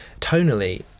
tonally